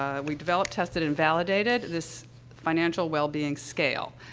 we developed, tested, and validated this financial wellbeing scale,